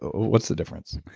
what's the difference?